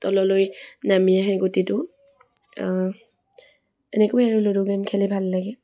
তললৈ নামি আহে গুটিটো এনেকৈয়ে আৰু লুডু গেইম খেলি ভাল লাগে